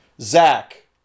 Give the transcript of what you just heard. Zach